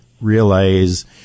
realize